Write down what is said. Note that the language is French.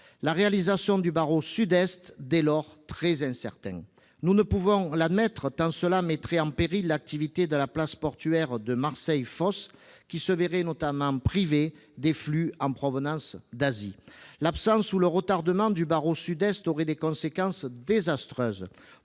La réalisation du barreau sud est, dès lors, très incertaine. Nous ne pouvons pas l'admettre tant cela mettrait en péril l'activité de la place portuaire de Marseille-Fos, qui se verrait notamment privée des flux en provenance d'Asie. L'absence ou le retardement du barreau sud-est aurait des conséquences désastreuses